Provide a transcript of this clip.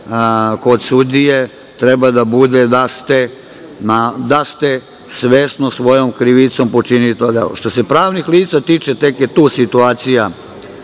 kod sudije, treba da bude da ste svesno, svojom krivicom počinili to delo. Što se pravnih lica tiče, tek je tu situacija